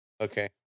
Okay